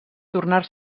tornar